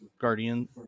guardian